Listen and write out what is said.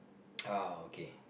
ah okay